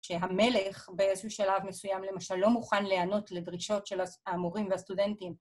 שהמלך באיזשהו שלב מסוים למשל לא מוכן להיענות לדרישות של המורים והסטודנטים.